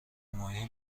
ماهی